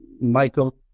Michael